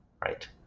right